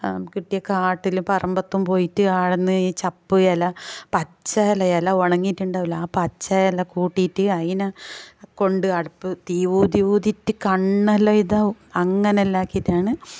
കിട്ടിയ കാട്ടിലും പറമ്പത്തും പോയിട്ട് അവിടെ നിന്ന് ഈ ചപ്പ് ഇല പച്ചയിലയെല്ലാം ഉണങ്ങിയിട്ടുണ്ടാവില്ല ആ പച്ചയില കൂട്ടിയിട്ട് അതിനെ കൊണ്ട് അടുപ്പ് തീ ഊതി ഊതിയിട്ട് കണ്ണെല്ലാം ഇതാവും അങ്ങനെയെല്ലാം ആക്കിയിട്ടാണ്